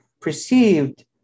perceived